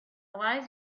wise